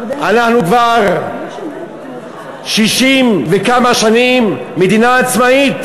אנחנו כבר 60 וכמה שנים מדינה עצמאית.